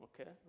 okay